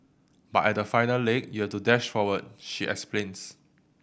but at the final leg you to dash forward she explains